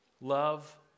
Love